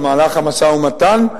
במהלך המשא-ומתן,